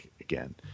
again